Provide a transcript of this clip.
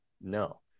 no